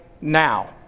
now